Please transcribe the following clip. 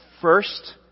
first